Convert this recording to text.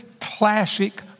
classic